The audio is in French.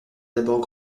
d’abord